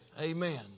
amen